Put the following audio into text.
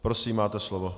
Prosím, máte slovo.